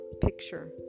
picture